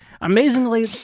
Amazingly